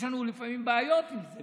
יש לנו לפעמים בעיות עם זה,